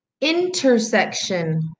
intersection